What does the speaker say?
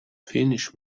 finish